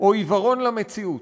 או עיוורון למציאות,